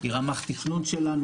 היא רמ"ח תכנון שלנו.